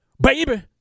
baby